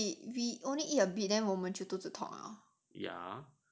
but then we we only eat a bit then 我们就肚子痛 liao